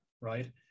right